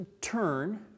turn